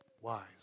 wise